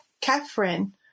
Catherine